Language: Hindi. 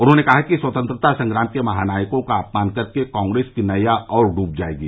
उन्होंने कहा कि स्वतंत्रता संग्राम के महानायकों का अपमान करके कांग्रेस की नैया और डूब जाएगी